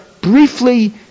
briefly